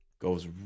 goes